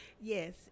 Yes